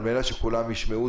על מנת שכולם ישמעו.